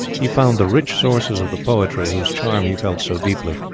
he found the rich sources of the poetry whose charm he felt so deeply,